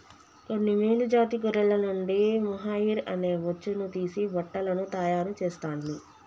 కొన్ని మేలు జాతి గొర్రెల నుండి మొహైయిర్ అనే బొచ్చును తీసి బట్టలను తాయారు చెస్తాండ్లు